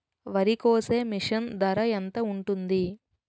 వరి కోసే మిషన్ ధర ఎంత ఉంటుంది?